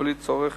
בלי צורך